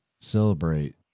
celebrate